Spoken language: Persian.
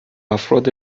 افراد